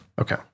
Okay